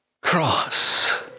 cross